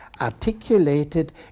articulated